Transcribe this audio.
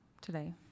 today